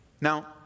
Now